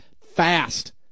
fast